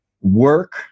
work